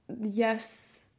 yes